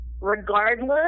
regardless